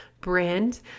brand